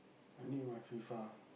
I need my FIFA